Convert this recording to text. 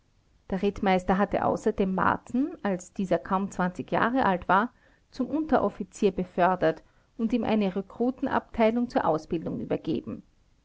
der rittmeister hatte außerdem marten als dieser kaum jahre alt war zum unteroffizier befördert und ihm eine rekrutenabteilung zur ausbildung übergeben